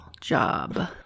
job